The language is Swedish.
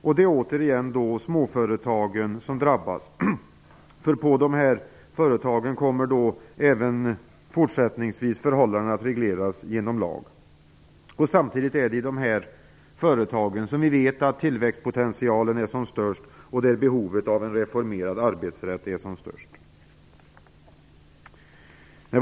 Det är återigen småföretagen som drabbas, därför att förhållandena där kommer även fortsättningsvis att regleras genom lag. Samtidigt är det i dessa företag som vi vet att tillväxtpotentialen och behovet av en reformerad arbetsrätt är som störst. Herr talman!